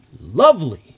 lovely